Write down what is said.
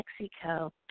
Mexico